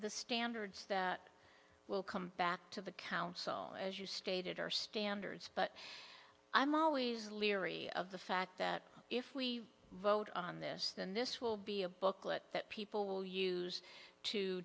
the standards will come back to the council as you stated our standards but i'm always leery of the fact that if we vote on this then this will be a booklet that people will use to